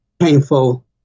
painful